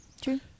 true